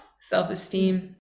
self-esteem